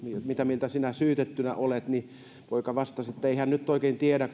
mitä mieltä sinä syytettynä olet niin poika vastasi että ei hän nyt oikein tiedä